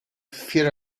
fear